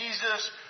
Jesus